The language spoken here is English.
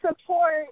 Support